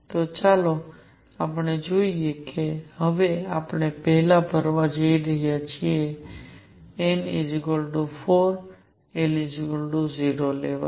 તો ચાલો આપણે જોઈએ કે હવે આપણે પહેલા ભરવા જઈ રહ્યા છીએ n 4 l 0 લેવલ